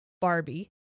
Barbie